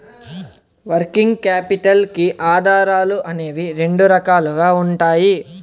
working capital కి ఆధారాలు అనేవి రెండు రకాలుగా ఉంటాయి